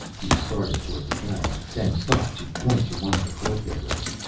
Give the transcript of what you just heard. he started towards the cabin, then stopped to point to one of the club bearers.